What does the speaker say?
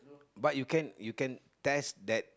but you can you can test that